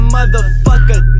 Motherfucker